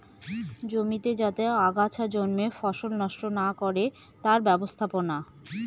জমিতে যাতে আগাছা জন্মে ফসল নষ্ট না করে তার ব্যবস্থাপনা